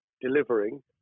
delivering